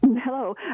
Hello